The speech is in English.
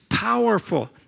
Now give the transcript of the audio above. powerful